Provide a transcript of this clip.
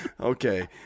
Okay